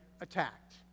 Attacked